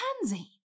Pansy